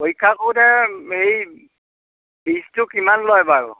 পৰীক্ষা কৰোতে হেৰি ফিজটো কিমান লয় বাৰু